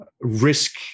risk